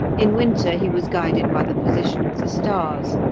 in winter he was guided by the position of the stars,